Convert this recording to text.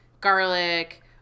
garlic